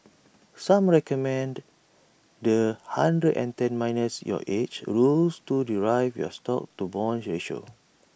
some recommend the hundred and ten minus your age rules to derive your stocks to bonds ratio